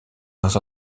dans